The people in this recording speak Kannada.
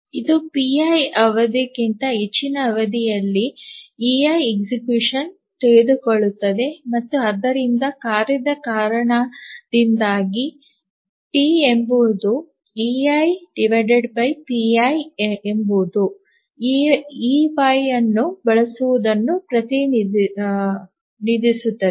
ಇದು ಪೈ ಅವಧಿಗಿಂತ ಹೆಚ್ಚಿನ ಅವಧಿಯಲ್ಲಿ ಇಐ execution ತೆಗೆದುಕೊಳ್ಳುತ್ತದೆ ಮತ್ತು ಆದ್ದರಿಂದ ಕಾರ್ಯದ ಕಾರಣದಿಂದಾಗಿ ಟಿ ಎಂಬುದು eipi ಎಂಬುದು ey ನ್ನು ಬಳಸುವುದನ್ನು ಪ್ರತಿನಿಧಿಸುತ್ತದೆ